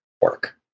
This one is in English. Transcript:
work